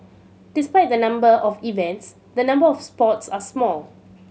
despite the number of events the number of sports are small